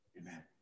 Amen